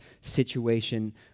situation